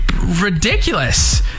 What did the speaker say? ridiculous